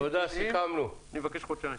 אני מבקש חודשיים.